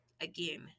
Again